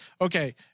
Okay